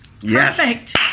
Yes